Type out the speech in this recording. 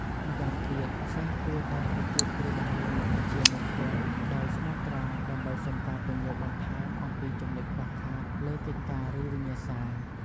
ម្យ៉ាងទៀត សិស្សគួរតែ ទៅជួបគ្រូបង្រៀនមុខវិជ្ជានោះផ្ទាល់ ដោយស្មោះត្រង់ ដើម្បីសុំការពន្យល់បន្ថែមអំពីចំណុចខ្វះខាតលើកិច្ចការ ឬវិញ្ញាសា។